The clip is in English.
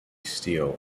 steal